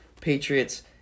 Patriots